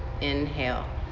Inhale